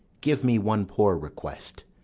give me one poor request.